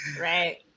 Right